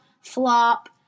flop